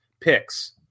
picks